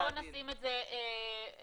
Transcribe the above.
אז בואו נשים את זה על השולחן.